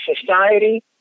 society